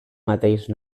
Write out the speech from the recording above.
mateix